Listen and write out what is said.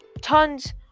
tons